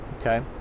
okay